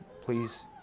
please